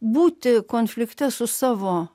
būti konflikte su savo